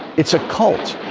it's a cult